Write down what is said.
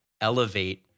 elevate